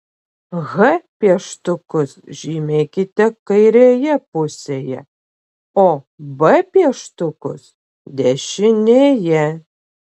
h pieštukus žymėkite kairėje pusėje o b pieštukus dešinėje